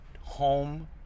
Home